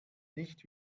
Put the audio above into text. nicht